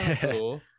cool